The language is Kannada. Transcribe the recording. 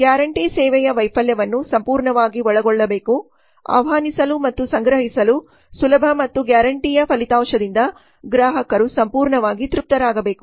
ಗ್ಯಾರಂಟಿ ಸೇವೆಯ ವೈಫಲ್ಯವನ್ನು ಸಂಪೂರ್ಣವಾಗಿ ಒಳಗೊಳ್ಳಬೇಕು ಆಹ್ವಾನಿಸಲು ಮತ್ತು ಸಂಗ್ರಹಿಸಲು ಸುಲಭ ಮತ್ತು ಗ್ಯಾರಂಟಿಯ ಫಲಿತಾಂಶದಿಂದ ಗ್ರಾಹಕರು ಸಂಪೂರ್ಣವಾಗಿ ತೃಪ್ತರಾಗಬೇಕು